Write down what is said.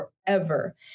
forever